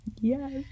Yes